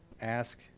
ask